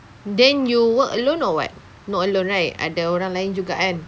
then you work alone or what not alone right ada orang lain juga kan